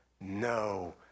no